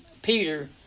Peter